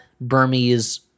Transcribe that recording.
burmese